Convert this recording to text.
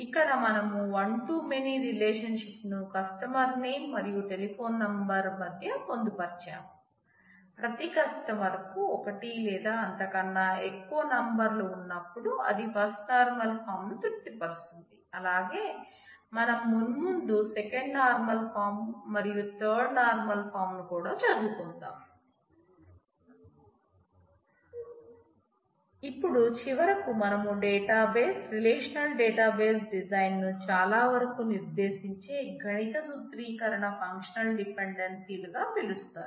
ఇప్పుడు చివరకు మనం డేటాబేస్ రిలేషనల్ డేటాబేస్ డిజైన్ను చాలావరకు నిర్దేశించే గణిత సూత్రీకరణను ఫంక్షనల్ డిపెండెన్సీలుగా పిలుస్తారు